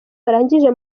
barangije